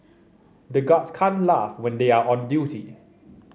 the guards can't laugh when they are on duty